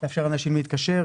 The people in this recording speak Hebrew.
לאפשר לאנשים להתקשר.